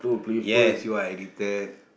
yes you are addicted